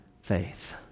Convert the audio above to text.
faith